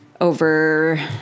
over